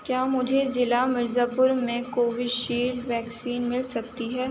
کیا مجھے ضلع مرزا پور میں کوو شیلڈ ویکسین مل سکتی ہے